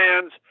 fans